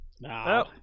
No